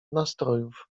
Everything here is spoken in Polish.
nastrojów